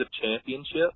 championship